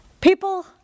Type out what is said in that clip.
People